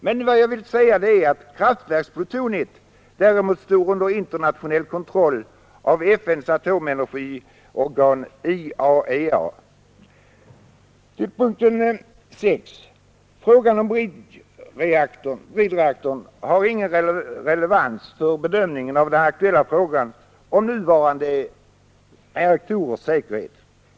Men jag vill säga att ”kraftverksplutoniet” däremot står under internationell kontroll av FN:s atomenergiorgan, IAEA. 6. Frågan om bridreaktorn har ingen relevans för bedömning av den aktuella frågan om nuvarande reaktorers säkerhet.